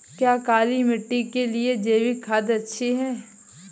क्या काली मिट्टी के लिए जैविक खाद अच्छी है?